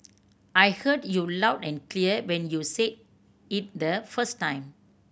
I heard you loud and clear when you said it the first time